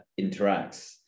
interacts